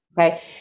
Okay